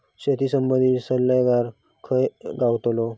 शेती संबंधित सल्लागार खय गावतलो?